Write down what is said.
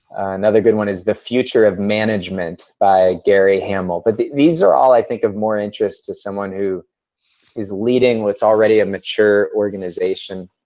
another good one is the future of management by gary hamel. but these are all, i think, of more interest to someone who is leading what's already a mature organization.